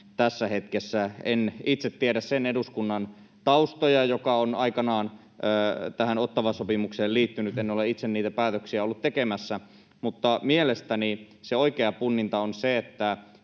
tässä hetkessä. En itse tiedä sen eduskunnan taustoja, joka on aikanaan tähän Ottawan sopimukseen liittynyt. En ole itse niitä päätöksiä ollut tekemässä, mutta mielestäni se oikea punninta on se, että